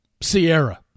Sierra